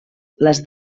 les